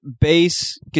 bass